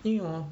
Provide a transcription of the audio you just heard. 因 hor